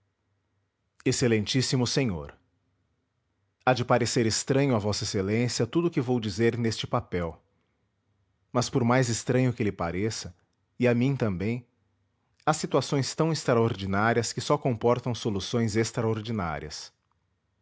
excelentíssimo senhor há de parecer estranho a v ex a tudo o que vou dizer neste papel mas por mais estranho que lhe pareça e a mim também há situações tão extraordinárias que só comportam soluções extraordinárias